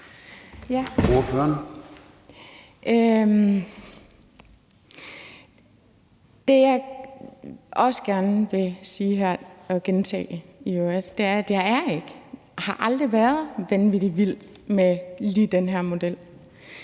Det, jeg også gerne vil sige her og gentage i øvrigt, er, at jeg ikke er og aldrig har været vanvittig vild med lige den her model.